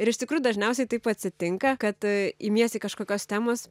ir iš tikrųjų dažniausiai taip atsitinka kad imiesi kažkokios temos